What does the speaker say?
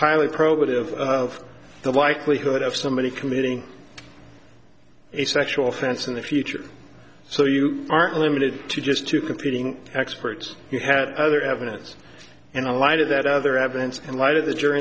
highly probative of the likelihood of somebody committing a sexual offense in the future so you aren't limited to just two competing experts you have other evidence and a light of that other evidence in light of the jury